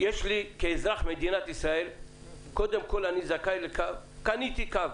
כאזרח מדינת ישראל אני זכאי לקו וקניתי קו.